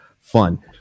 fun